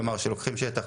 כלומר שלוקחים שטח,